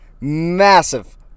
Massive